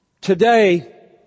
Today